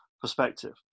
perspective